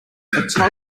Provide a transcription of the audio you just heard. toddler